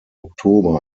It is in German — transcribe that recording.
oktober